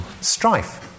strife